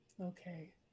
Okay